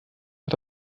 hat